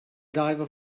diver